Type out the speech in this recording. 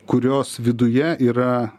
kurios viduje yra